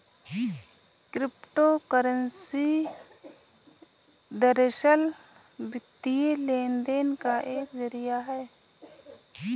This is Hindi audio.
क्रिप्टो करेंसी दरअसल, वित्तीय लेन देन का एक जरिया है